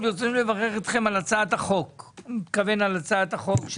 ברצוני לברך אתכם על הצעת החוק הוא מתכוון להצעת החוק,